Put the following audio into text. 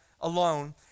alone